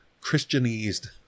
Christianized